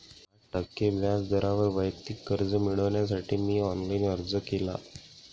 आठ टक्के व्याज दरावर वैयक्तिक कर्ज मिळविण्यासाठी मी ऑनलाइन अर्ज केला